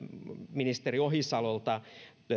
ministeri ohisalolta